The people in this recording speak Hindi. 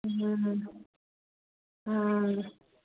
हम्म हम्म हम्म